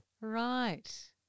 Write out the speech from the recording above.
Right